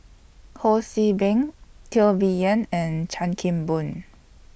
Ho See Beng Teo Bee Yen and Chan Kim Boon